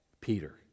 Peter